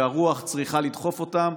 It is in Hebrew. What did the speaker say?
שהרוח צריכה לדחוף אותם,